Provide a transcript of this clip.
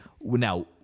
now